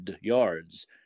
yards